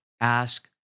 Ask